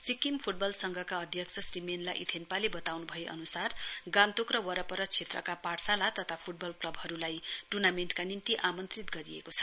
Sikkim football संघका अध्यक्ष श्री मेन्ला इथेन्पाले बताउन भए अनुसार गान्तोक र वरपर क्षेत्रका पाठशाला तथा फुटबल क्लबहरूलाई टुर्नामेन्टका निम्ति आमन्त्रित गरिएको छ